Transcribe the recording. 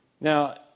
Now